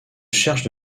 cherche